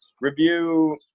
review